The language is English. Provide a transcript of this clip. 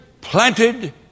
planted